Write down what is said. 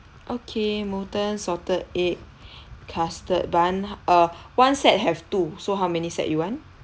okay molten salted egg custard bun uh one set have two so how many set you want